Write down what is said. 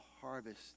harvest